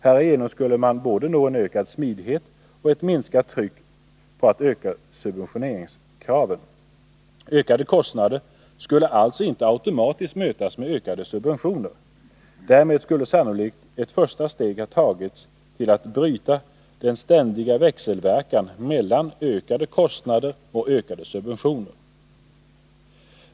Härigenom skulle man nå både en större smidighet och ett lägre tryck när det gäller att öka subventioneringskraven. Höjda kostnader skulle alltså inte automatiskt mötas med större subventioner. Därmed skulle sannolikt ett första steg ha tagits till att bryta den ständiga växelverkan mellan ökade kostnader och ökade subventioner.